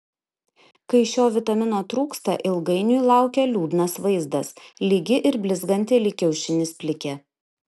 kai šio vitamino trūksta ilgainiui laukia liūdnas vaizdas lygi ir blizganti lyg kiaušinis plikė